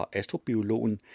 astrobiologen